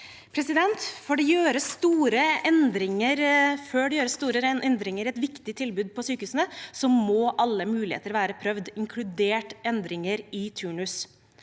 Før det gjøres store endringer i et viktig tilbud på sykehusene, må alle muligheter være prøvd, inkludert endringer i turnus.